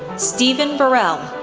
steven burrell,